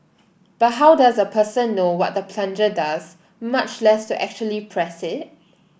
but how does a person know what the plunger does much less to actually press it